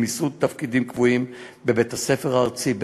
ומיסוד תפקידים קבועים בבית-הספר הארצי.